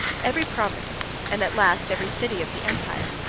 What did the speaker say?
every province, and, at last, every city, of the empire,